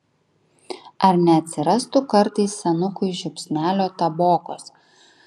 ar neatsirastų kartais senukui žiupsnelio tabokos